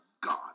God